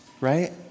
right